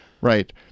Right